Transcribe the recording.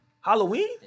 Halloween